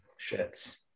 Shits